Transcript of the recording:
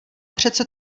přece